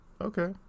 okay